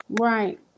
right